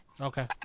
Okay